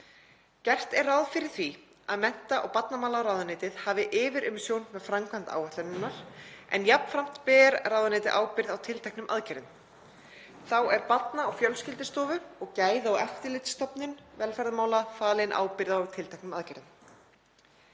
Gert er ráð fyrir því að mennta- og barnamálaráðuneytið hafi yfirumsjón með framkvæmd áætlunarinnar en jafnframt ber ráðuneytið ábyrgð á tilteknum aðgerðum. Þá er Barna- og fjölskyldustofu og Gæða- og eftirlitsstofnun velferðarmála falin ábyrgð á tilteknum aðgerðum.